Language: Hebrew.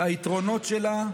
היתרונות שלה: